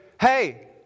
hey